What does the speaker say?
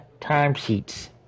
timesheets